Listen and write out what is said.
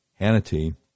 Hannity